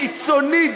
קיצוני,